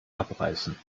abreißen